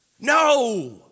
No